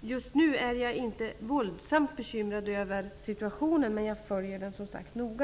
just nu är jag inte våldsamt bekymrad över situationen, men jag följer den noga.